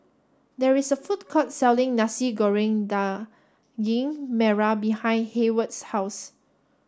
there is a food court selling Nasi Goreng Daging Merah behind Heyward's house